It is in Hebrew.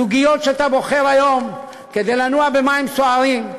הדוגיות שאתה בוחר היום כדי לנוע במים סוערים,